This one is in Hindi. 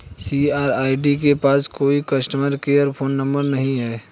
सी.आर.ई.डी के पास कोई कस्टमर केयर फोन नंबर नहीं है